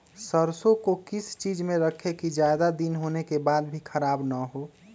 सरसो को किस चीज में रखे की ज्यादा दिन होने के बाद भी ख़राब ना हो?